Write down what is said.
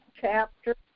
chapter